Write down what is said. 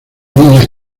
niña